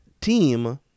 team